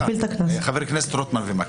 חבר הכנסת רוטמן ומקלב,